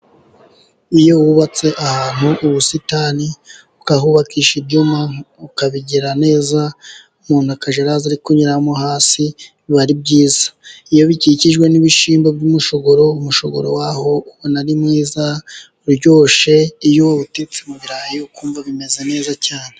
Iyo wubatse ahantu ubusitani，ukahubakisha ibyuma ukabigira neza，umuntu akajya araza ari kunyuramo hasi，biba ari byiza. Iyo bikikijwe n'ibishyimbo by'umushogoro， umushogoro waho uba ari mwiza uryoshye， iyo wawutetse mu birarayi，ukumva bimeze neza cyane.